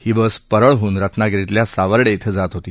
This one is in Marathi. ही बस परळहून रत्नागिरीतल्या सावर्डे इथं जात होती